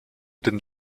den